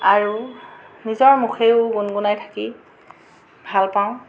আৰু নিজৰ মুখেৰেও গুণগুণাই থাকি ভাল পাওঁ